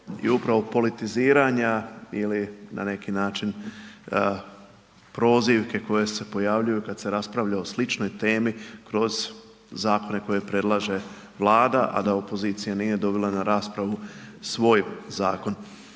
i upravo politiziranja ili na neki način prozivke koje se pojavljuju kad se raspravlja o sličnoj temi kroz Zakone koje predlaže Vlada, a da opozicija nije dobila na raspravu svoj Zakon.